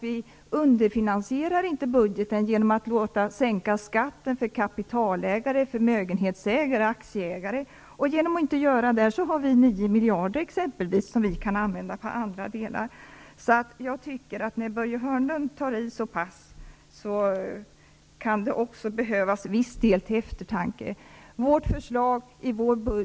Vi underfinansierar inte budgeten genom att sänka skatten för kapitalägare, förmögenhetsägare och aktieägare. Genom att inte göra dessa skattesänkningar har vi t.ex. 9 miljarder kronor som vi kan använda till annat. När Börje Hörnlund tar i så pass mycket kan det behövas viss eftertanke.